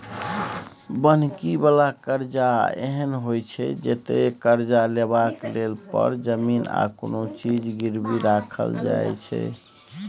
बन्हकी बला करजा एहन होइ छै जतय करजा लेबाक लेल घर, जमीन आ कोनो चीज गिरबी राखल जाइ छै